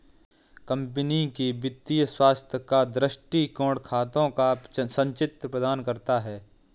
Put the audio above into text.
company के वित्तीय स्वास्थ्य का दृष्टिकोण खातों का संचित्र प्रदान करता है